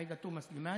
עאידה תומא סלימאן,